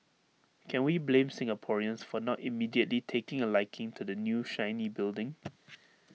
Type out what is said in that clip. can we blame Singaporeans for not immediately taking A liking to the new shiny building